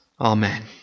Amen